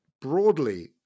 Broadly